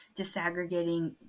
disaggregating